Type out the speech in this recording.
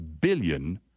billion